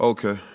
Okay